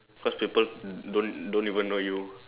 cause people don't don't even know you